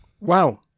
Wow